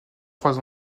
trois